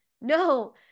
no